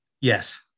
Yes